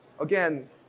Again